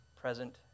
present